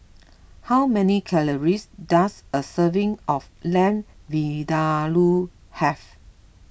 how many calories does a serving of Lamb Vindaloo have